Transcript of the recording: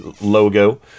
logo